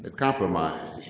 ah compromise